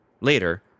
Later